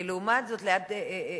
כי לעומת זאת, ליד כדורי,